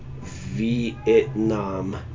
vietnam